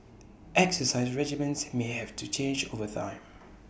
exercise regimens may have to change over time